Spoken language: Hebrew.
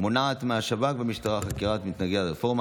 מונעת מהשב"כ והמשטרה חקירת מתנגדי הרפורמה?